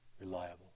reliable